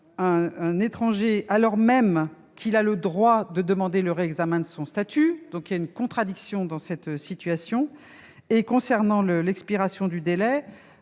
un étranger alors même qu'il a le droit de demander le réexamen de son statut : il y a une contradiction dans cette situation. Ensuite, concernant l'expiration du délai-